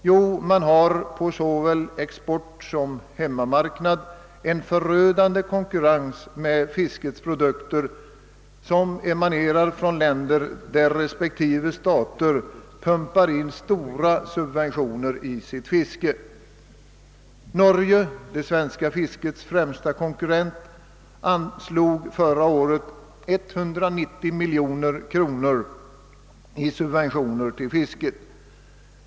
Jo, man har på såväl exportsom hemmamarknaden fått en förödande konkurrens med fiskeprodukter emanerande från länder, där respektive statsmakter pumpar in stora summor i sitt fiske. I Norge, som är det svenska fiskets värsta konkurrent, anslogs förra året 190 miljoner kronor i subventioner till fisket.